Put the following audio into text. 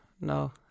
no